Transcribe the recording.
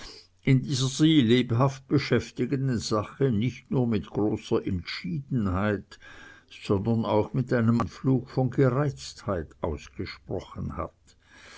in dieser sie lebhaft beschäftigenden sache nicht nur mit großer entschiedenheit sondern auch mit einem anflug von gereiztheit ausgesprochen hat